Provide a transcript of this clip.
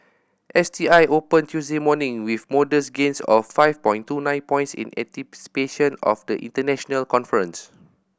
S T I opened Tuesday morning with modest gains of five point two nine points in anticipation of the international conference